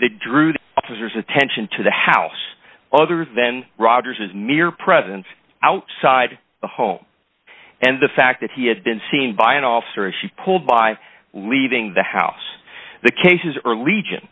that drew the officers attention to the house other than rogers his mere presence outside the home and the fact that he had been seen by an officer as she pulled by leaving the house the cases are